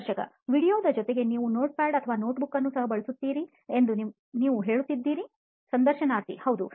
ಸಂದರ್ಶಕ ವೀಡಿಯೊದ ಜೊತೆಗೆ ನೀವು notepad ಅಥವಾ notebookಅನ್ನು ಸಹ ಬಳಸುತ್ತೀರಿ ಎಂದು ನೀವು ಹೇಳುತ್ತಿದ್ದೀರಿ ಸಂದರ್ಶನಾರ್ಥಿ ಹೌದು